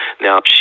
Now